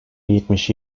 yetmiş